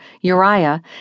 Uriah